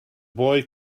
boy